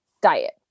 diet